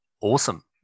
awesome